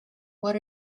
what